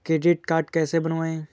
Credit card कैसे बनवाएँ?